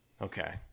Okay